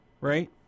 right